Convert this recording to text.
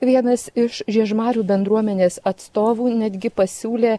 vienas iš žiežmarių bendruomenės atstovų netgi pasiūlė